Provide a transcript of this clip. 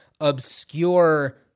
obscure